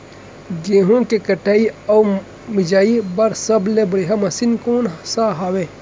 गेहूँ के कटाई अऊ मिंजाई बर सबले बढ़िया मशीन कोन सा हवये?